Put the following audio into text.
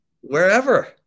Wherever